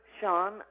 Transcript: Sean